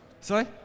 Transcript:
Sorry